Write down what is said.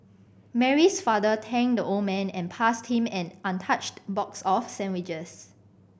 Mary's father thanked the old man and passed him an untouched box of sandwiches